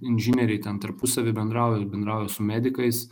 inžinieriai ten tarpusavy bendrauja bendrauja su medikais